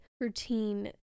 routine